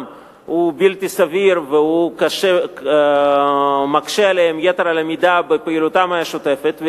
הוא בלתי סביר ומקשה עליהם יתר על המידה בפעילותם השוטפת,